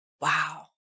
Wow